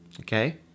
okay